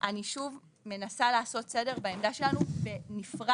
אני שוב מנסה לעשות סדר בעמדה שלנו בנפרד